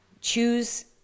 choose